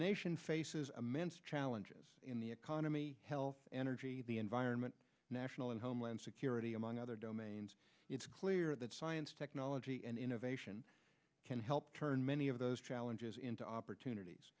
nation faces a man's challenges in the economy hell energy the environment national and homeland security among other domains it's clear that science technology and innovation can help turn many of those challenges into opportunities